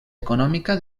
econòmica